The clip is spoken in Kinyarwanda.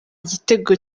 igitego